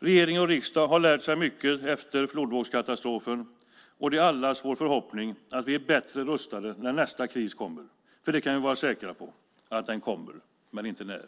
Regering och riksdag har lärt sig mycket efter flodvågskatastrofen, och det är allas vår förhoppning att vi är bättre rustade när nästa kris kommer, för vi kan vara säkra på att den kommer, men inte när.